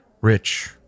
rich